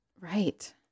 Right